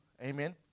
Amen